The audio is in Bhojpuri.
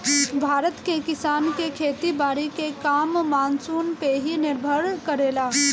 भारत के किसान के खेती बारी के काम मानसून पे ही निर्भर करेला